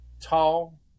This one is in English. tall